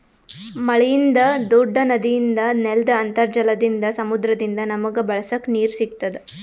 ಮಳಿಯಿಂದ್, ದೂಡ್ಡ ನದಿಯಿಂದ್, ನೆಲ್ದ್ ಅಂತರ್ಜಲದಿಂದ್, ಸಮುದ್ರದಿಂದ್ ನಮಗ್ ಬಳಸಕ್ ನೀರ್ ಸಿಗತ್ತದ್